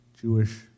Jewish